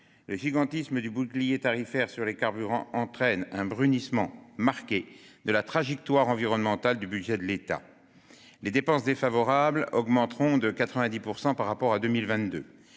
le gigantisme du bouclier tarifaire sur les carburants entraîne un brunissement marqué de la trajectoire environnementale du budget de l'État. Les dépenses défavorables augmenteront de 90 % par rapport à 2022